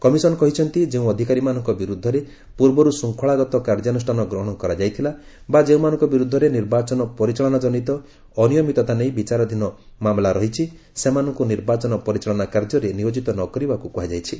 commission କହିଛନ୍ତି ଯେଉଁ ଅଧିକାରୀମାନଙ୍କ ବିରୁଦ୍ଧରେ ପୂର୍ବରୁ ଶୃଙ୍ଖଳାଗତ କାର୍ଯ୍ୟାନୁଷ୍ଠାନ ଗ୍ରହଣ କରାଯାଇଥିଲା ବା ଯେଉଁମାନଙ୍କ ବିରୁଦ୍ଧରେ ନିର୍ବାଚନ ପରିଚାଳନା କନିତ ଅନିୟମିତତା ନେଇ ବିଚାରଧୀନ ଅଛି ସେମାନଙ୍କୁ ନିର୍ବାଚନ ପରିଚାଳନା କାର୍ଯ୍ୟରେ ନିୟୋକିତ ନ କରିବାକୁ କୁହାଯାଇଛି